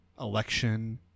election